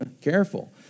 careful